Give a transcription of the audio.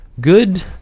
good